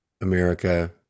America—